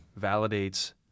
validates